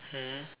mm